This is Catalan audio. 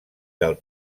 del